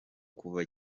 kuva